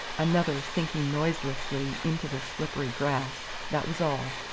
another sinking noiselessly into the slippery grass, that was all.